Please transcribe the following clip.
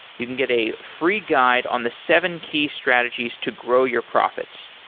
you can get a free guide on the seven key strategies to grow your profits.